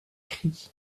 cri